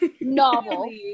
novel